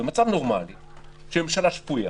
במצב נורמלי, של ממשלה שפויה,